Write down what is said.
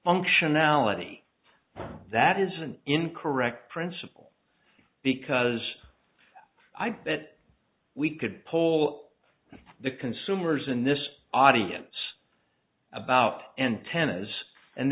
functionality that is an incorrect principle because i bet we could pull the consumers in this audience about antennas and